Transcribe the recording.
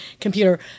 computer